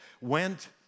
went